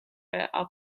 are